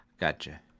gotcha